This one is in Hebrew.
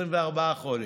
24 חודש.